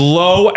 low